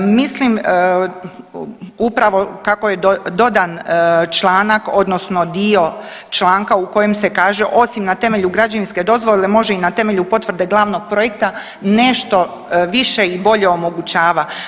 Mislim upravo kako je dodan članak odnosno dio članka u kojem se kaže osim na temelju građevinske dozvole može i na temelju potvrde glavnog projekta nešto više i bolje omogućava.